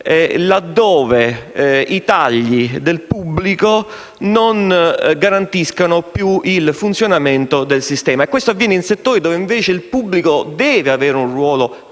laddove i tagli del pubblico non garantiscano più il funzionamento del sistema. Questo avviene in settori dove invece il pubblico deve avere un ruolo assolutamente